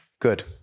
Good